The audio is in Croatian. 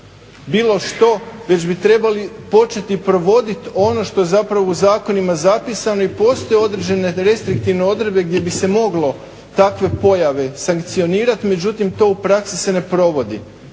bilo što, već bi trebali početi provoditi ono što je zapravo u zakonima zapisano i postoje određene restriktivne odredbe gdje bi se moglo takve pojave sankcionirati. Međutim, to u praksi se ne provodi.